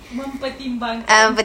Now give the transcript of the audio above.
mempertimbangkan